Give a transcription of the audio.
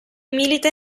milita